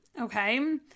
okay